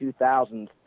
2000s